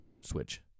switch